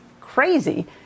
crazy